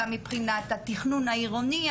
וגם מבחינת התכנון העירוני,